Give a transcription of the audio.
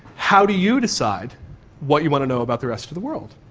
how do you decide what you want to know about the rest of the world?